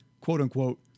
quote-unquote